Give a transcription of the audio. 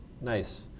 Nice